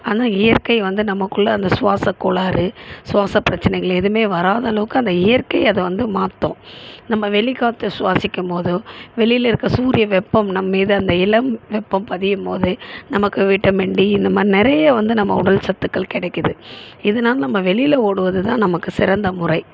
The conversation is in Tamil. ஆனால் இயற்கை வந்து நமக்குள்ள அந்த சுவாசக்கோளாறு சுவாசப் பிரச்சனைகள் எதுவுமே வராத அளவுக்கு அந்த இயற்கை அது வந்து மாற்றும் நம்ம வெளிக்காற்ற சுவாசிக்கும் போதும் வெளியில இருக்க சூரிய வெப்பம் நம் மீது அந்த இளம் வெப்பம் பதியும் போது நமக்கு விட்டமின் டி இந்தமாதிரி நிறைய வந்து நம்ம உடல் சத்துக்கள் கிடைக்குது இதனால் நம்ம வெளியில ஓடுவது தான் நமக்கு சிறந்த முறை